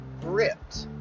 gripped